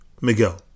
Miguel